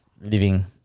living